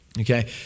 Okay